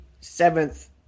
seventh